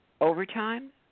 overtime